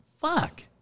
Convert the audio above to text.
Fuck